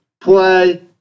play